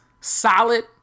solid